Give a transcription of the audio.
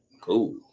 Cool